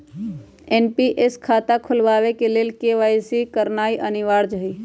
NPS खता खोलबाबे के लेल के.वाई.सी करनाइ अनिवार्ज हइ